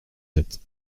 sept